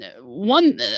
one